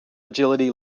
agility